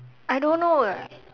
I don't know eh